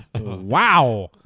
Wow